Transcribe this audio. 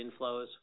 inflows